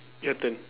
your turn